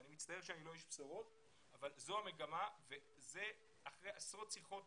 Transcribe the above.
אני מצטער שאני לא איש בשורות אבל זו המגמה וזה אחרי עשרות שיחות